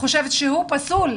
חושבת שהוא פסול